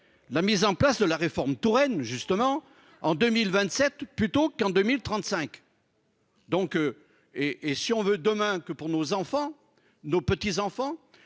La mise en place de la réforme Touraine justement en 2027 plutôt qu'en 2035. Donc. Et et si on veut demain que pour nos enfants, nos petits-enfants.